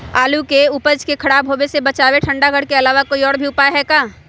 आलू के उपज के खराब होवे से बचाबे ठंडा घर के अलावा कोई और भी उपाय है का?